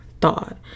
thought